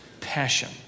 passion